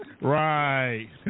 Right